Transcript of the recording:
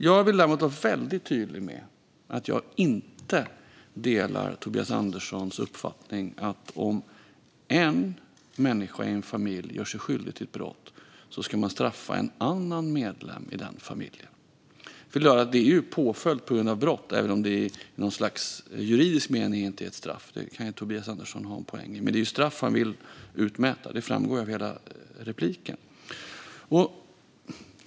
Jag vill däremot vara väldigt tydlig med att jag inte delar Tobias Anderssons uppfattning att om en människa i en familj gör sig skyldig till ett brott ska man straffa en annan medlem i den familjen. Utvisning är såklart påföljd på grund av brott även om det i något slags juridisk mening inte är ett straff; där kan Tobias Andersson ha en poäng. Men det är ju straff han vill utmäta. Det framgår av hela inlägget.